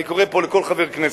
אני קורא פה לכל חבר כנסת: